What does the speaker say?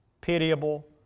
pitiable